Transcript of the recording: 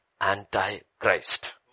anti-Christ